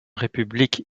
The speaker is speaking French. république